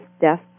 death